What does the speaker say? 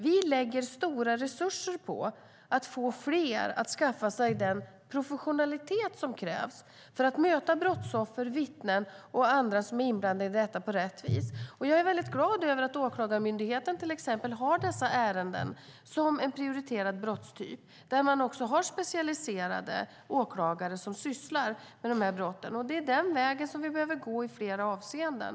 Vi lägger stora resurser på att få fler att skaffa sig den professionalitet som krävs för att möta brottsoffer, vittnen och andra som är inblandade i detta på korrekt sätt. Jag är glad över att Åklagarmyndigheten prioriterar denna brottstyp. Det finns specialiserade åklagare som sysslar med de brotten. Det är den vägen vi behöver gå i flera avseenden.